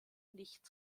nicht